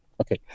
Okay